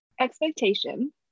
expectation